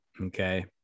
Okay